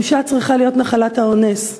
הבושה צריכה להיות נחלת האונס,